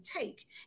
take